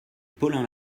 paulin